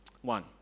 one